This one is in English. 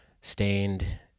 Stained